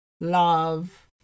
love